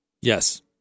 Yes